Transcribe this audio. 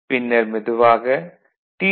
பின்னர் மெதுவாக டி